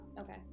Okay